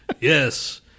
Yes